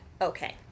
Okay